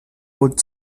would